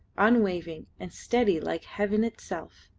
unwaving, and steady like heaven itself.